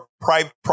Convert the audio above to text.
private